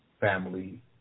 family